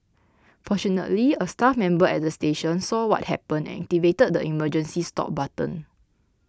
fortunately a staff member at the station saw what happened and activated the emergency stop button